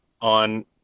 on